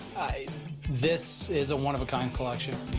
i this is a one-of-a-kind collection.